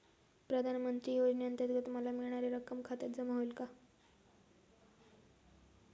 प्रधानमंत्री योजनेअंतर्गत मला मिळणारी रक्कम खात्यात जमा होईल का?